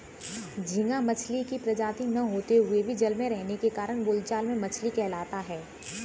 झींगा मछली की प्रजाति न होते हुए भी जल में रहने के कारण बोलचाल में मछली कहलाता है